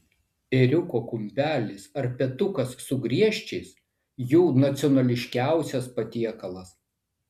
ėriuko kumpelis ar petukas su griežčiais jų nacionališkiausias patiekalas